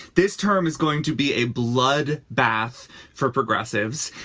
this term is going to be a blood bath for progressives.